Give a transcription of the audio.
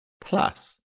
Plus